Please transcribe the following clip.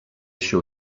show